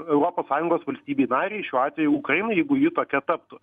europos sąjungos valstybei narei šiuo atveju ukrainai jeigu ji tokia taptų